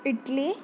Italy